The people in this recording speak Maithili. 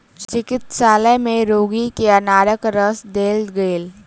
चिकित्सालय में रोगी के अनारक रस देल गेल